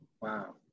Wow